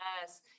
yes